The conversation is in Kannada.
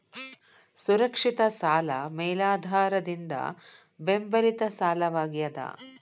ಸುರಕ್ಷಿತ ಸಾಲ ಮೇಲಾಧಾರದಿಂದ ಬೆಂಬಲಿತ ಸಾಲವಾಗ್ಯಾದ